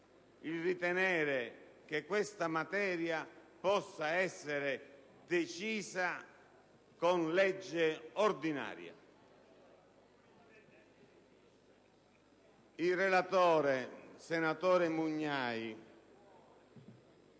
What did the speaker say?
si ritenga che questa materia possa essere decisa con legge ordinaria. Il relatore, senatore Mugnai,